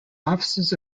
offices